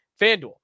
FanDuel